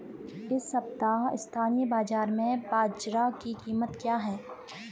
इस सप्ताह स्थानीय बाज़ार में बाजरा की कीमत क्या है?